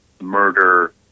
murder